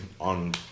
on